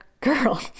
Girl